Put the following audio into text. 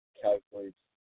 calculates